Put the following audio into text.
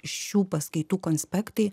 šių paskaitų konspektai